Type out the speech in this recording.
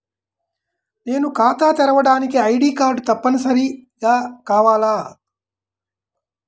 నేను ఖాతా తెరవడానికి ఐ.డీ కార్డు తప్పనిసారిగా కావాలా?